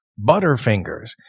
Butterfingers